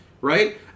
right